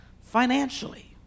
financially